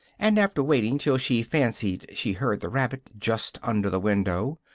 and, after waiting till she fancied she heard the rabbit, just under the window,